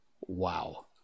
Wow